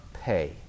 pay